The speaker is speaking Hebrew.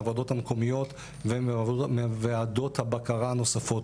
מהוועדות המקומיות ומוועדות הבקרה הנוספות.